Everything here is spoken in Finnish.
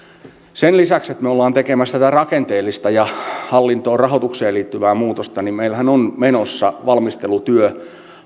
sen lisäksi että me olemme tekemässä tätä rakenteellista ja hallintoon ja rahoitukseen liittyvää muutosta meillähän on menossa valmistelutyö